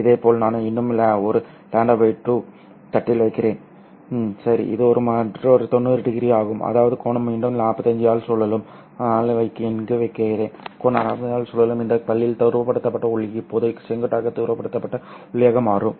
இதேபோல் நான் இன்னும் ஒரு λ 2 தட்டில் வைக்கிறேன் சரி இது மற்றொரு 90º ஆகும் அதாவது கோணம் மீண்டும் 45º ஆல் சுழலும் அதனால் நான் இங்கே வைக்கிறேன் கோணம் 45 º ஆல் சுழலும் º இந்த வழியில் துருவப்படுத்தப்பட்ட ஒளி இப்போது செங்குத்தாக துருவப்படுத்தப்பட்ட ஒளியாக மாறும்